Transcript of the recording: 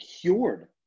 cured